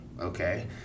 okay